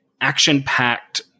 action-packed